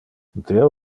deo